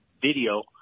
video